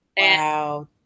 Wow